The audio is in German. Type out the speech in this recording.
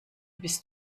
bist